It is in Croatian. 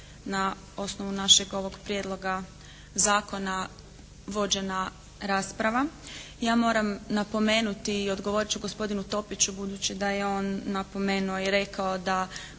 na osnovu našeg ovog Prijedloga zakona vođena rasprava. Ja moram napomenuti i odgovorit ću gospodinu Topiću budući da je on napomenuo i rekao da